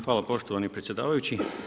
Hvala poštovani predsjedavajući.